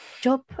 job